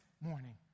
morning